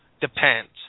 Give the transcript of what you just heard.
Depends